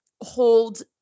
Hold